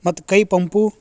ಮತ್ತು ಕೈ ಪಂಪು